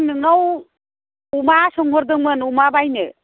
आं नोंनाव अमा सोंहरदोंमोन अमा बायनो